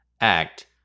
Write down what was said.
act